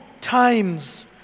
times